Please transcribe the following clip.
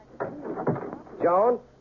Joan